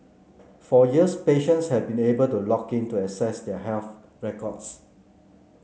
for years patients have been able to log in to access their health records